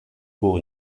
pour